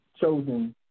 chosen